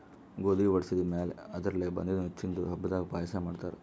ಗೋಧಿ ವಡಿಸಿದ್ ಮ್ಯಾಲ್ ಅದರ್ಲೆ ಬಂದಿದ್ದ ನುಚ್ಚಿಂದು ಹಬ್ಬದಾಗ್ ಪಾಯಸ ಮಾಡ್ತಾರ್